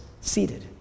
seated